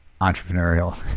entrepreneurial